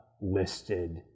listed